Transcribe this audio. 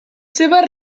seves